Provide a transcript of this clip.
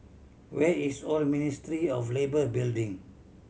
where is Old Ministry of Labour Building